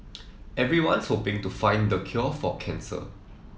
everyone's hoping to find the cure for cancer